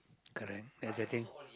correct exactly